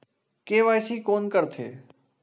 KYC कोन करथे?